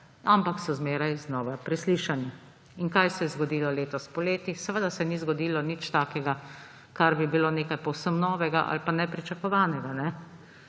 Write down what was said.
ampak so zmeraj znova preslišani. In kaj se je zgodilo letos poleti? Seveda se ni zgodilo nič takega, kar bi bilo nekaj povsem novega ali pa nepričakovanega.